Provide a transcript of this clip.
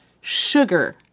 sugar